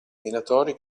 minatori